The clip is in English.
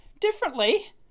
differently